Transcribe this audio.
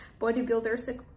bodybuilders